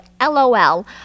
LOL